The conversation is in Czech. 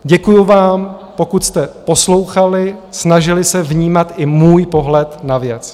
Děkuji vám, pokud jste poslouchali, snažili se vnímat i můj pohled na věc.